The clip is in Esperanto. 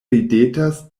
ridetas